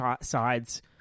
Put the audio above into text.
sides